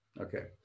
okay